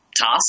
task